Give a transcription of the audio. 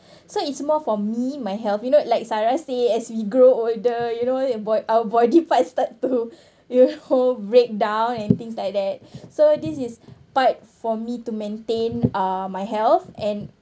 so it's more for me my health you know like sarah say as we grow older you know our body part start to your know breakdown and things like that so this is part for me to maintain uh my health and